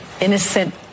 innocent